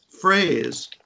phrase